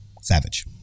Savage